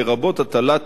לרבות הטלת